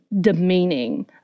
demeaning